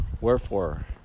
wherefore